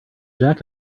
jack